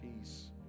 peace